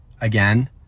again